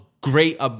great